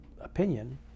opinion